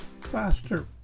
faster